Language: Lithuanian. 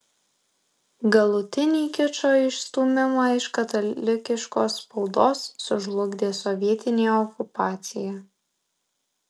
galutinį kičo išstūmimą iš katalikiškos spaudos sužlugdė sovietinė okupacija